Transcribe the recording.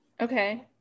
Okay